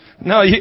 No